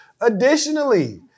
additionally